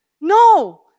No